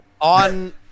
on